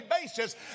basis